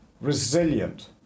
resilient